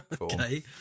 okay